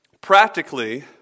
Practically